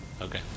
Okay